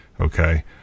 Okay